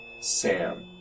Sam